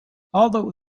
although